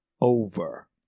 over